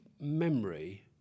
memory